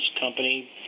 company